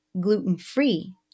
gluten-free